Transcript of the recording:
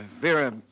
Vera